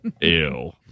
Ew